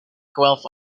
guelph